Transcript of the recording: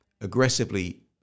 aggressively